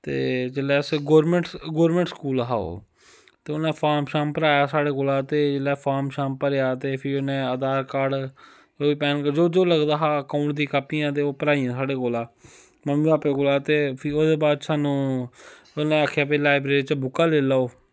ते जेल्ले अस गौरमैंट गौरमैंट स्कूल हा ओह् ते उनें फार्म शार्म भराया साढ़े कोला ते जेल्लै फार्म शार्म भरेआ ते फ्ही उनें आधार कार्ड़ भैनू दा जो जो लगदा हा अकाऊंट दी कापियां ते ओह् भराइयां साढ़े कोला मम्मी भापे कोला ते फ्हीओह्दे बाद च स्हानू उनें आखेआ भाई लाइब्रेरी चा बुक्कां लेई लैओ